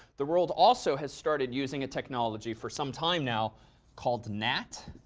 the world also has started using a technology for some time now called nat.